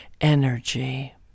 energy